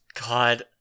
God